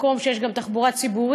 מקום שיש גם תחבורה ציבורית,